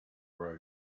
road